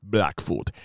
Blackfoot